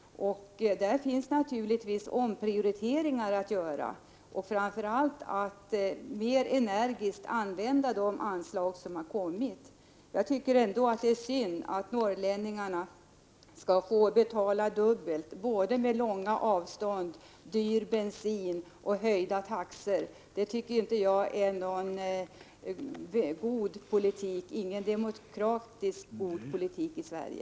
Där finns naturligtvis omprioriteringar att göra. Framför allt bör man mer energiskt använda de anslag man har fått. Det är synd att norrlänningarna skall få betala dubbelt — med både långa avstånd, dyr bensin och höjda taxor. Det är inte en demokratisk och god politik för Sverige.